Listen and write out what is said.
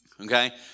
okay